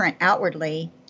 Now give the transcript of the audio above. outwardly